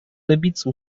добиться